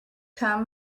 come